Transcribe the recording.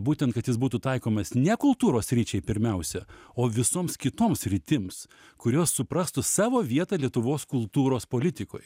būtent kad jis būtų taikomas ne kultūros sričiai pirmiausia o visoms kitoms sritims kurios suprastų savo vietą lietuvos kultūros politikoj